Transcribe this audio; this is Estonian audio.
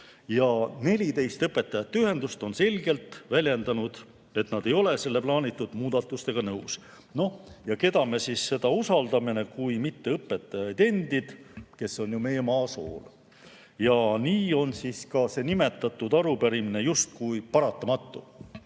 14 õpetajate ühendust on selgelt väljendanud, et nad ei ole plaanitud muudatustega nõus. No keda me siis usaldame kui mitte õpetajaid endid, kes on meie maa sool? Nii on ka see nimetatud arupärimine justkui paratamatu.